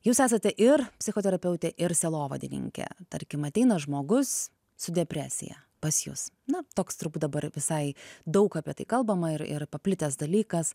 jūs esate ir psichoterapeutė ir sielovadininkė tarkim ateina žmogus su depresija pas jus na toks turbūt dabar visai daug apie tai kalbama ir ir paplitęs dalykas